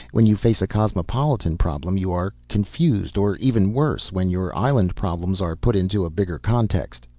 when you face a cosmopolitan problem you are confused. or even worse, when your island problems are put into a bigger context.